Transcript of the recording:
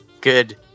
Good